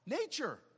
Nature